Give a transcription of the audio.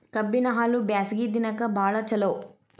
ಕಬ್ಬಿನ ಹಾಲು ಬ್ಯಾಸ್ಗಿ ದಿನಕ ಬಾಳ ಚಲೋ